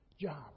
job